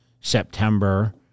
September